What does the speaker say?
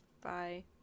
Bye